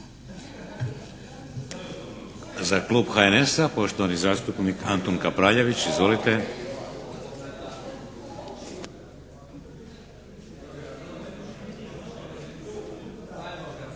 Za klub HNS-a, poštovani zastupnik Antun Kapraljević. Izvolite.